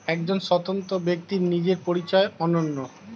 একজন স্বতন্ত্র ব্যক্তির নিজের পরিচয় অনন্য